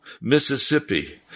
Mississippi